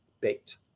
baked